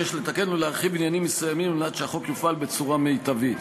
שיש לתקן ולהרחיב עניינים מסוימים על מנת שהחוק יופעל בצורה מיטבית.